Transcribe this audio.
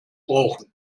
brauchen